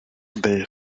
they